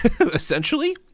essentially